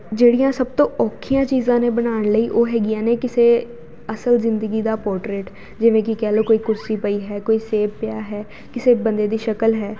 ਜਿਹੜੀਆਂ ਸਭ ਤੋਂ ਔਖੀਆਂ ਚੀਜ਼ਾਂ ਨੇ ਬਣਾਉਣ ਲਈ ਉਹ ਹੈਗੀਆਂ ਨੇ ਕਿਸੇ ਅਸਲ ਜ਼ਿੰਦਗੀ ਦਾ ਪੋਰਟਰੇਟ ਜਿਵੇਂ ਕਿ ਕਹਿ ਲਓ ਕੋਈ ਕੁਰਸੀ ਪਈ ਹੈ ਕੋਈ ਸੇਬ ਪਿਆ ਹੈ ਕਿਸੇ ਬੰਦੇ ਦੀ ਸ਼ਕਲ ਹੈ